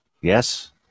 Yes